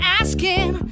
asking